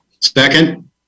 Second